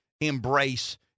embrace